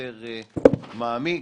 יותר מעמיק.